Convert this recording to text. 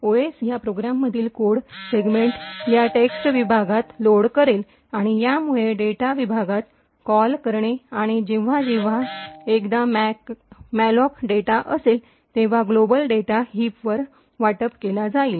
OS या प्रोग्राममधील code segments या टेक्स्ट विभागात लोड करेल आणि यामुळे डेटा विभागात कॉल करणे आणि जेव्हा जेव्हा एखादा मॅलॉक डेटा असेल तेव्हा ग्लोबल डेटा हिपवर वाटप केला जाईल